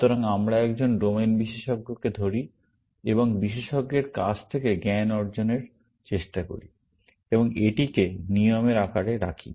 সুতরাং আমরা একজন ডোমেন বিশেষজ্ঞকে ধরি এবং বিশেষজ্ঞের কাছ থেকে জ্ঞান অর্জনের চেষ্টা করি এবং এটিকে নিয়মের আকারে রাখি